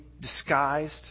disguised